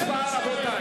הצבעה.